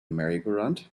merrygoround